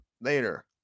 later